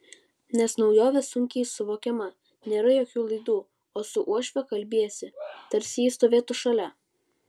nes naujovė sunkiai suvokiama nėra jokių laidų o su uošve kalbiesi tarsi ji stovėtų šalia